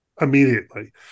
immediately